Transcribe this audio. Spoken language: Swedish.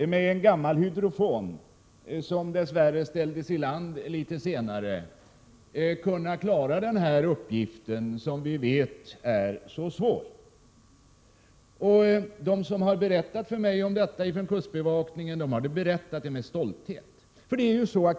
att med en gammal hydrofon — som dess värre ställdes i land litet senare — klara denna uppgift, som vi vet är så svår. De på kustbevakningen som har berättat för mig om detta har berättat med stolthet.